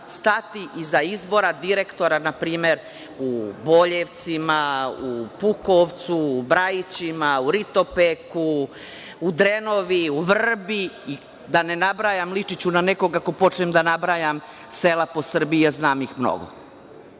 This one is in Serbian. stati iza izbora direktora, npr. u Boljevcima, u Pukovcu, u Brajićima, u Ritopeku, u Drenovi, u Vrbi i da ne nabrajam, ličiću na nekog ako počnem da nabrajam sela po Srbiji, a znam ih